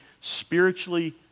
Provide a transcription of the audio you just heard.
spiritually